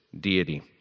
deity